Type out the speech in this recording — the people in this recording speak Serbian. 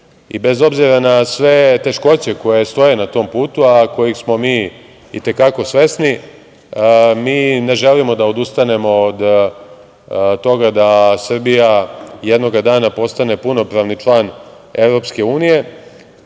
i bez obzira na sve teškoće koje stoje na tom putu, a kojeg smo mi i te kako svesni, mi ne želimo da odustanemo od toga da Srbija jednoga dana postane punopravni član EU. Mi ne